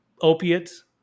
opiates